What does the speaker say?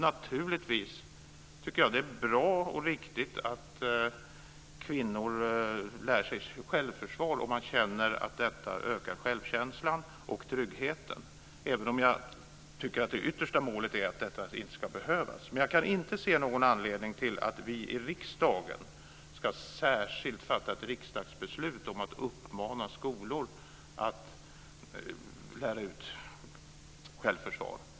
Naturligtvis tycker jag att det är bra och riktigt att kvinnor lär sig självförsvar om de känner att detta ökar självkänslan och tryggheten, även om jag tycker att det yttersta målet är att detta inte ska behövas. Men jag kan inte se någon anledning till att vi i riksdagen särskilt ska fatta ett riksdagsbeslut om att uppmana skolor att lära ut självförsvar.